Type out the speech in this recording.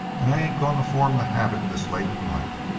and i ain't going to form the habit this late in life.